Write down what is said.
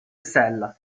sella